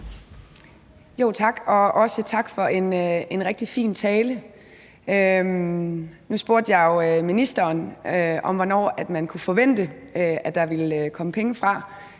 Mercado (KF): Tak for en rigtig fin tale. Nu spurgte jeg jo ministeren om, fra hvornår vi kunne forvente at der ville komme penge til